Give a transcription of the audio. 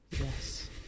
Yes